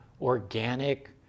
organic